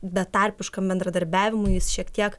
betarpiškam bendradarbiavimui jis šiek tiek